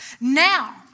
Now